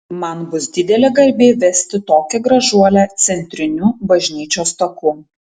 man bus didelė garbė vesti tokią gražuolę centriniu bažnyčios taku